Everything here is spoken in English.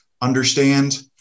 understand